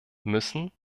müssen